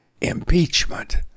impeachment